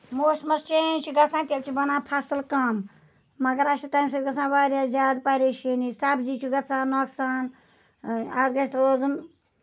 موسِمَس change چھِ گژھان تیٚلہِ چھُ بَنان فَصل کَم مَگر اَسہِ چھُ تَمہِ سۭتۍ گژھان واریاہ زیادٕ پَریشٲنی سَبزی چھُ گژھان نۄقصان اَتھ گژھِ روزُن